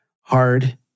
hard